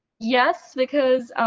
yes, because